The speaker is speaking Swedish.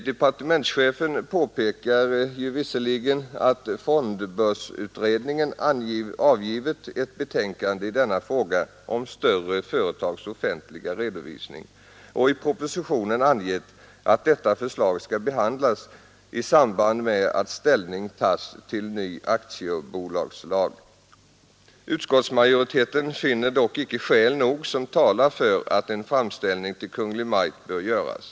Departementschefen påpekar visserligen att fondbörsutredningen avgivit ett betänkande rörande större företags offentliga redovisning, och i propositionen har han angett att detta förslag skall behandlas i samband med att ställning tas till ny aktiebolagslag. Utskottsmajoriteten finner dock icke tillräckliga skäl tala för att en framställning till Kungl. Maj:t göres.